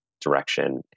direction